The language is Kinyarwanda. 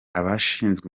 abashinzwe